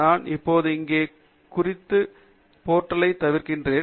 நான் இப்போது இங்கே குறிப்பு குறிப்பு போர்ட்டலைத் திறக்கிறேன்